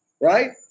Right